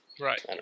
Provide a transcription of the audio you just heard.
right